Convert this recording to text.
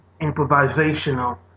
improvisational